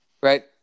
right